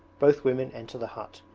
both women enter the hut,